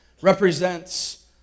represents